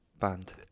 band